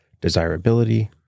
desirability